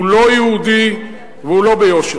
לא יהודי ולא ביושר.